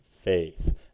faith